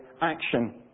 action